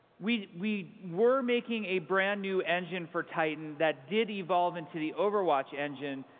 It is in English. we we were making a brand-new engine for titan, that did evolve into the overwatch engine,